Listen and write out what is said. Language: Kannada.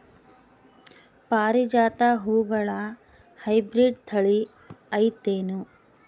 ಪಾರಿಜಾತ ಹೂವುಗಳ ಹೈಬ್ರಿಡ್ ಥಳಿ ಐತೇನು?